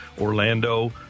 Orlando